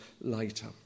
later